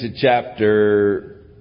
chapter